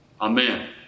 Amen